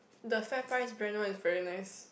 the Fairprice brand one is very nice